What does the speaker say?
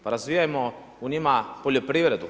Pa razvijajmo u njima poljoprivredu.